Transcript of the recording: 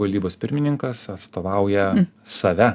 valdybos pirmininkas atstovauja save